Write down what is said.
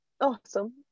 Awesome